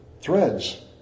threads